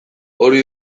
hori